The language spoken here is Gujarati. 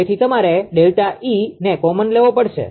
તેથી તમારે ΔE ને કોમન લેવો પડશે